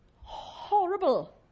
Horrible